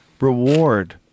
reward